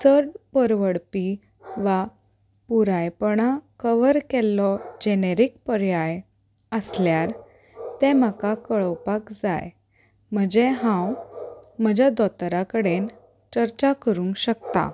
चड परवडपी वा पुरायपणां कवर केल्लो जेनेरीक पर्याय आसल्यार तें म्हाका कळोवपाक जाय म्हजें हांव म्हज्या दोतोर कडेन चर्चा करूंक शकता